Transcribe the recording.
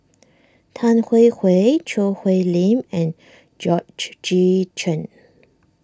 Tan Hwee Hwee Choo Hwee Lim and Georgette Chen